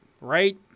right